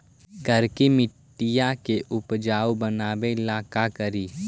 करिकी मिट्टियां के उपजाऊ बनावे ला का करी?